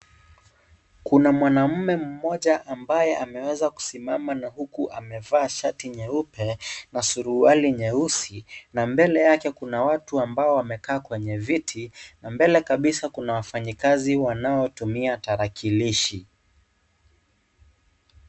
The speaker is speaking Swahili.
Kuna mwanaume mmoja ambaye ameweza kusimama huku amevaa shati nyeupe na suruali nyeusi na mbele yake kuna watu ambao wamekaa kwenye viti na mbele kabisa kuna wafanyikazi wanaotumia tarakilishi.